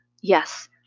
Yes